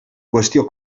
qüestió